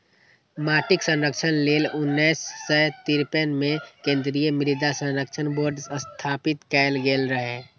माटिक संरक्षण लेल उन्नैस सय तिरेपन मे केंद्रीय मृदा संरक्षण बोर्ड स्थापित कैल गेल रहै